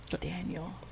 Daniel